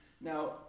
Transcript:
Now